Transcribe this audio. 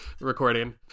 recording